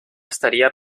estaría